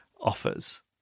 offers